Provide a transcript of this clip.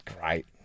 Great